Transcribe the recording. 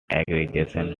aggregation